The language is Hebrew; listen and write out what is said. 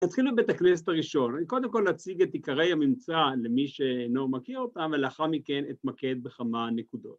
‫נתחיל מבית הכנסת הראשון. אני ‫קודם כול אציג את עיקרי הממצא ‫למי שאינו מכיר אותם, ‫ולאחר מכן אתמקד בכמה נקודות.